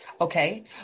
okay